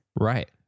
Right